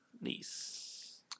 nice